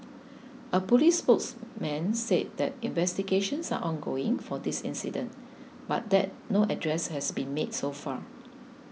a police spokesman said that investigations are ongoing for this incident but that no addresses had been made so far